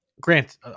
grant